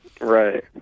Right